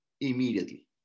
immediately